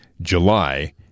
July